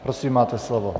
Prosím, máte slovo.